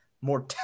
more